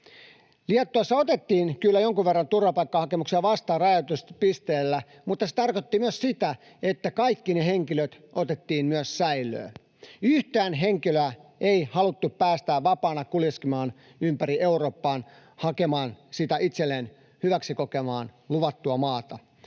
Liettuassa otettiin kyllä jonkun verran turvapaikkahakemuksia vastaan rajanylityspisteellä, mutta se tarkoitti myös sitä, että kaikki ne henkilöt otettiin myös säilöön. Yhtään henkilöä ei haluttu päästää vapaana kuljeksimaan ympäri Eurooppaa, hakemaan sitä itselleen hyväksi kokemaa luvattua maata.